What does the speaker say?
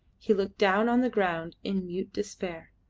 he looked down on the ground in mute despair.